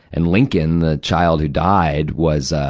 and lincoln, the child who died, was, ah,